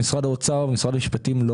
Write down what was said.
אגף התקציבים במשרד האוצר ומשרד המשפטים,